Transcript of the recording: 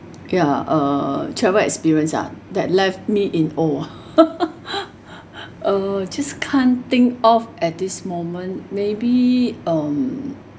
ya uh travel experience ah that left me in old ah uh just can't think of at this moment maybe um